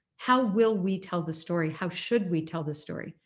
how will we tell the story, how should we tell the story?